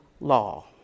law